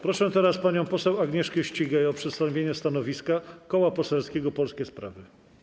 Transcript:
Proszę teraz panią poseł Agnieszkę Ścigaj o przedstawienie stanowiska Koła Poselskiego Polskie Sprawy.